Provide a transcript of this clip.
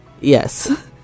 Yes